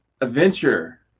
adventure